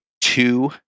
two